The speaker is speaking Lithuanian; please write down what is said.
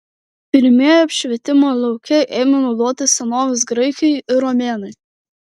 pirmieji apšvietimą lauke ėmė naudoti senovės graikai ir romėnai